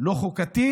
לא חוקתי,